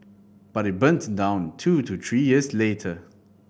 but it burned down two to three years later